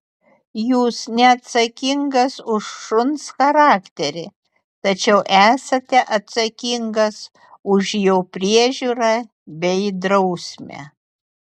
jūs neatsakingas už šuns charakterį tačiau esate atsakingas už jo priežiūrą bei drausmę